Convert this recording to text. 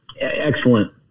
excellent